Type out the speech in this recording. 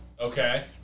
Okay